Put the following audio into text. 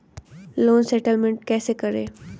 Loan settlement कैसे करें?